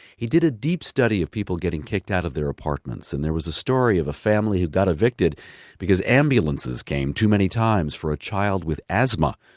he did a deep study of people getting kicked out of their apartments, and there was a story of a family who got evicted because ambulances came too many times for a child with asthma.